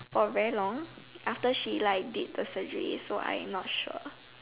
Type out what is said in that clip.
for very long after she like did the surgery so I'm not sure